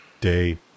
day